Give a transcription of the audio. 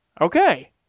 Okay